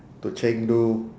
to chengdu